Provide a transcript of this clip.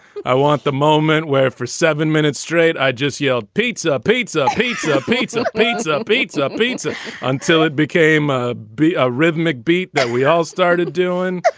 i want the moment where for seven minutes straight, i just yelled, pizza, pizza, pizza, pizza needs a pizza, pizza until it became ah b a rhythmic beat that we all started doing.